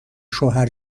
شوهر